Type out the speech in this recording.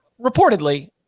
reportedly